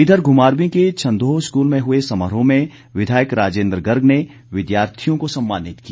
इधर घुमारवीं के छंदोह स्कूल में हुए समारोह में विधायक राजेन्द्र गर्ग ने विद्यार्थियों को सम्मानित किया